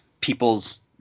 people's